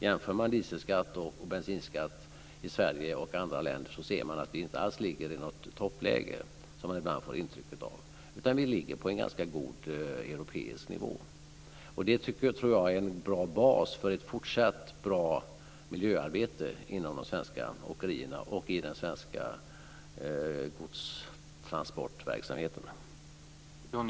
Jämför man dieselskatt och bensinskatt i Sverige och i andra länder ser man att vi inte alls ligger i något toppläge, som man ibland får intryck av. Vi ligger på en ganska god europeisk nivå. Det tror jag är en bas för ett fortsatt bra miljöarbete inom de svenska åkerierna och i den svenska godstransportverksamheten.